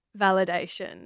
validation